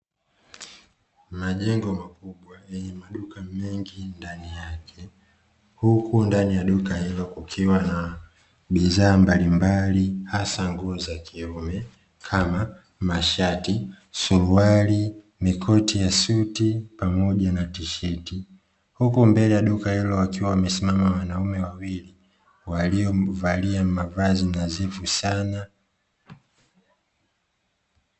Jengo kubwa lenye maduka mengi ndani yake huku ndani ya duka hilo kukiwa na bidhaa mbalimbali hasa nguo za kiume kama mashati, suruali na makoti ya suti pamoja na fulana huku mbele ya duka hilo midoli miwili ya kiume imesimamishwa na imevishwa mavazi nadhifu sana.